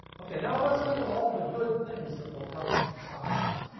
okay, now let's look at all the good things that will come from science,